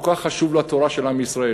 כל כך חשובה לו התורה של עם ישראל,